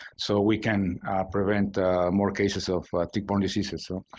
so we can prevent more cases of tick-borne diseases. so,